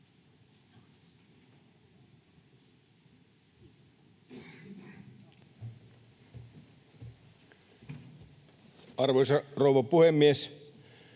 Arvoisa puhemies!